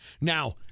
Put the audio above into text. Now